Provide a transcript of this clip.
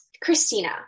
Christina